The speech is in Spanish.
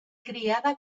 criada